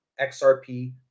XRP